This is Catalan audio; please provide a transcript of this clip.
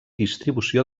distribució